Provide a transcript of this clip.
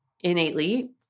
innately